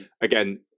again